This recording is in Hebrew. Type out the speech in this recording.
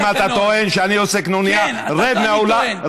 אם אתה טוען שאני עושה קנוניה, רד, כן, אני טוען.